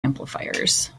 amplifiers